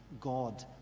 God